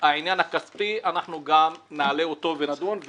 והעניין הכספי, אנחנו גם נעלה אותו ונדון.